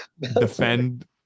Defend